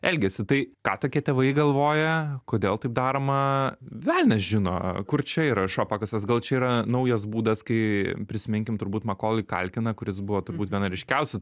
elgesį tai ką tokie tėvai galvoja kodėl taip daroma velnias žino kur čia yra šuo pakastas gal čia yra naujas būdas kai prisiminkim turbūt makolį kalkiną kuris buvo turbūt viena ryškiausių